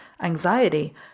anxiety